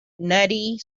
nutty